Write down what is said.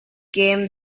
came